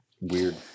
Weird